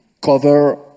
cover